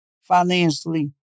financially